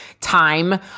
time